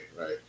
right